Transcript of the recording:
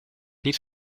niet